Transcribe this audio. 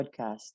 podcast